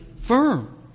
firm